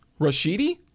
Rashidi